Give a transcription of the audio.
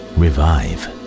revive